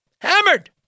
Hammered